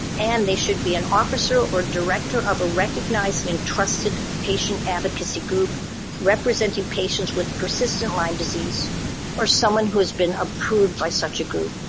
and they should be an officer or director of a recognized and trusted patient advocacy group representing patients with persistent lyme disease or someone who has been approved by such a group.